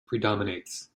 predominates